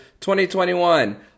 2021